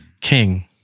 King